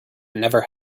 never